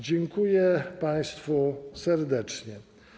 Dziękuję państwu serdecznie.